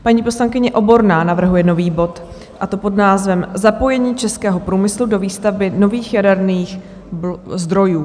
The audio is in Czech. Paní poslankyně Oborná navrhuje nový bod a to pod názvem Zapojení českého průmyslu do výstavby nových jaderných zdrojů.